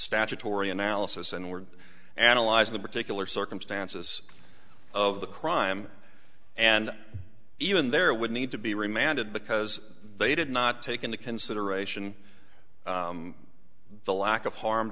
statutory analysis and we're analyzing the particular circumstances of the crime and even there would need to be remanded because they did not take into consideration the lack of harm